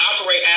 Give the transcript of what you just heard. operate